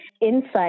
insight